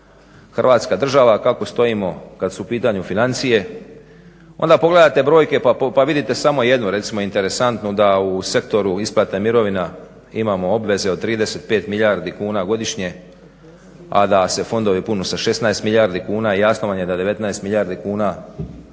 Hrvatska država, kako stojimo kad su u pitanju financije? Onda pogledate brojke pa vidite samo jednu recimo interesantnu da u sektoru isplate mirovina imamo obveze od 35 milijardi kuna godišnje, a da se fondovi pune sa 16 milijardi kuna. I jasno vam je da 19 milijardi kuna